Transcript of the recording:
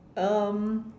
um